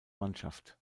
mannschaft